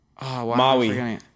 Maui